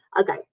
Okay